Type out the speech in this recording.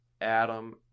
Adam